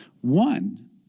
One